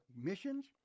missions